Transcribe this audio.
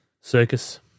Circus